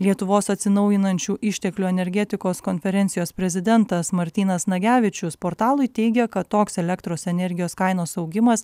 lietuvos atsinaujinančių išteklių energetikos konferencijos prezidentas martynas nagevičius portalui teigia kad toks elektros energijos kainos augimas